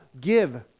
give